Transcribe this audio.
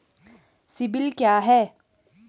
CIBIL क्या है?